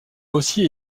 aussi